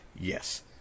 Yes